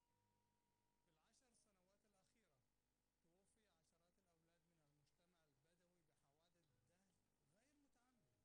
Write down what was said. בנושא של שכחת ילדים ברכב ובנושא של קנייה בטוחה באינטרנט.